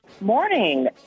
Morning